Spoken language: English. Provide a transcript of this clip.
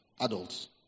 adults